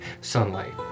sunlight